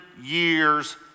years